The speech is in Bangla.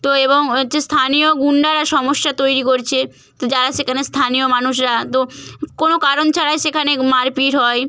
তো এবং হচ্ছে স্থানীয় গুণ্ডারা সমস্যা তৈরি করছে যারা সেখানে স্থানীয় মানুষরা তো কোনও কারণ ছাড়াই সেখানে মারপিট হয়